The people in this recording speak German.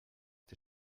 der